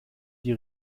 die